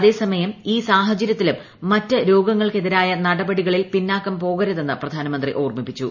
അതേസമയം ഈ സാഹചര്യത്തിലും മറ്റ് രോഗങ്ങൾക്കെതിരായ നടപടികൾ പിന്നാക്കം പോകരുതെന്ന് പ്രധാനമന്ത്രി ഓർമ്മിപ്പിച്ചു